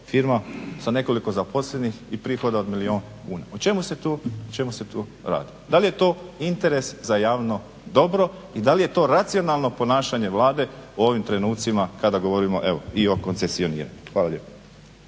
firma sa nekoliko zaposlenih i prihode od milijun kuna. O čemu se tu radi? Da li je to interes za javno dobro i da li je to racionalno ponašanje Vlade u ovim trenucima kada govorimo evo i o koncesioniranju. Hvala lijepo.